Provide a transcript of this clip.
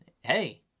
hey